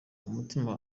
umutima